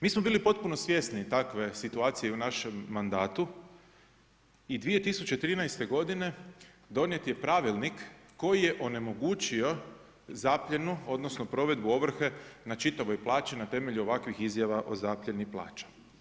Mi smo bili potpuno svjesni takve situacije i u našem mandatu i 2013. godine donijet je pravilnik koji je onemogućio zapljenu odnosno provedbu ovrhe na čitavoj plaći na temelju ovakvih izjava o zapljeni plaća.